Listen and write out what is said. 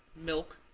milk,